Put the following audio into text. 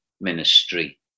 ministry